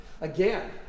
Again